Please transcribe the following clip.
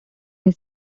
his